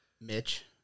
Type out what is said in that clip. Mitch